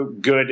good